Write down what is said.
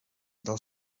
del